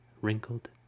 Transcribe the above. wrinkled